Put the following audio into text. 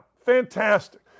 Fantastic